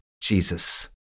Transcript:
Jesus